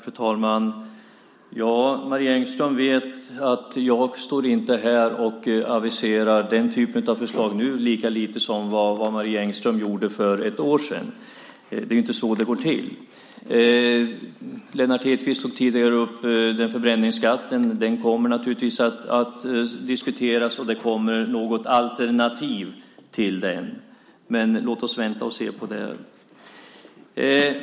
Fru talman! Marie Engströms vet att jag inte aviserar den typen av förslag. Jag gör det lika lite som Marie Engström för ett år sedan. Det är inte så det går till. Lennart Hedquist tog tidigare upp förbränningsskatten. Den kommer naturligtvis att diskuteras, och det kommer något alternativ till den. Låt oss vänta och se.